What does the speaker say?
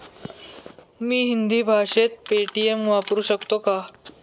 मी हिंदी भाषेत पेटीएम वापरू शकतो का?